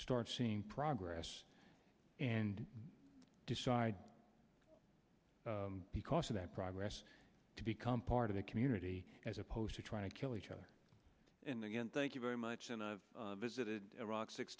start seeing progress and decide because of that progress to become part of the community as opposed to trying to kill each other and again thank you very much and i've visited iraq six